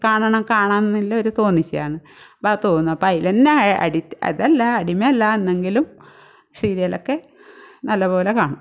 കാണണം കാണുമെന്നെല്ല ഒരു തോന്നിശ്ശയാണ് അപ്പം തോന്നും അപ്പം അതിൽതന്നെ അഡിക്റ്റ് അതല്ല അടിമ അല്ലാ എന്നെങ്കിലും സീരിയലൊക്കെ നല്ല പോലെ കാണും